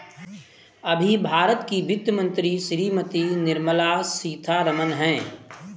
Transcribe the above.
अभी भारत की वित्त मंत्री श्रीमती निर्मला सीथारमन हैं